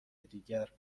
دیگر